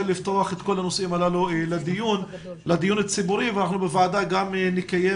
לפתוח את כל הנושאים הללו לדיון ציבורי ואנחנו בוועדה גם נקיים